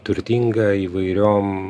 turtinga įvairiom